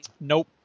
Nope